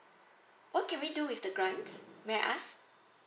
what can we do with the grant may I ask